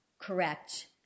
Correct